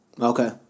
Okay